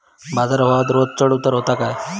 बाजार भावात रोज चढउतार व्हता काय?